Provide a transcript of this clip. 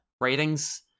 ratings